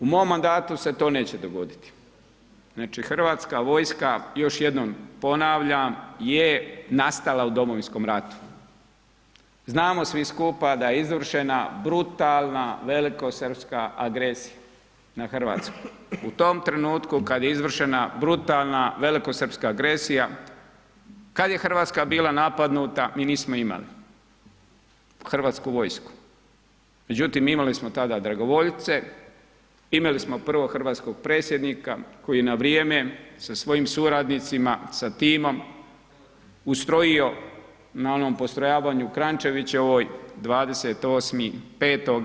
U mom mandatu se to neće dogoditi, znači HV, još jednom ponavljam, je nastala u domovinskom ratu, znamo svi skupa da je izvršena brutalna velikosrpska agresija na RH, u tom trenutku kad je izvršena brutalna velikosrpska agresija, kad je RH bila napadnuta mi nismo imali HV, međutim imali smo tada dragovoljce, imali smo prvog hrvatskog predsjednika koji je na vrijeme sa svojim suradnicima, sa timom, ustrojio na onom postrojavanju u Kranjčevićevoj 28.5.